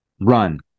run